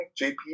JP